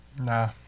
Nah